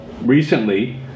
recently